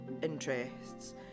interests